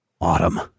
Autumn